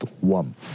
one